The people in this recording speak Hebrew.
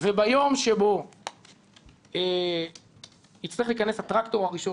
וביום שבו יצטרך להיכנס הטרקטור הראשון,